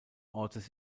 ortes